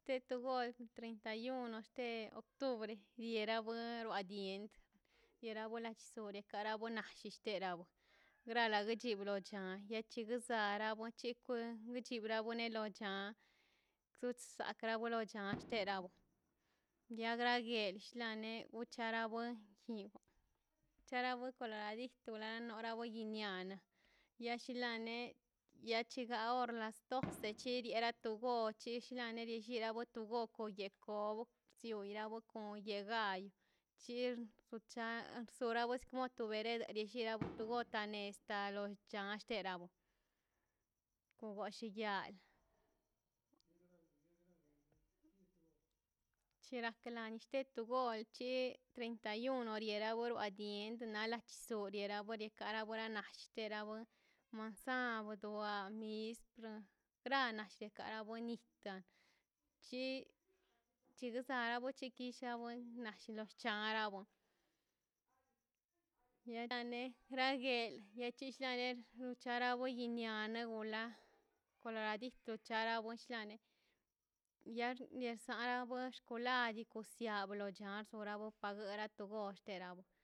gol treinta y uno octubre diera a dien diera wasure bachure kara gona dachillera a wo gra gara chibrocha le chus dara sabra awen chikwe michi bronore cha tudsacra buelo chanlltewaro niagra grell klian ne uchara won jio chara gukara li tira goni wa ni nial yallilanne yachila gorland las doce che chiri kiera to go chilane llira watu goke ye te job chira no kob yegai chixrs guchan bsugaro spontere espore nugotan nestalo cha a eshtaron gollin ya chira no skate go oalchi treinta y uno riena gono a dien nalas stsuri yera na kore wena nashjte wera gon manzan bdua wa mispr krana shka kara bonita kchi kira sawi wichiksawen nashiro changwa awan (hesitatin) niegane ran nague chishlane bichara inen iane gulan koloradito (hesiatation) chara gonshlane yar yesaran box kulai dikusian lollal boraga torabosterago